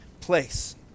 place